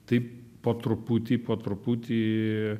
taip po truputį po truputį